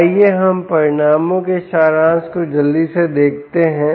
तो आइए हम परिणामों के सारांश को जल्दी से देखते हैं